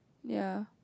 ya